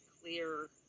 clear